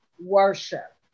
worship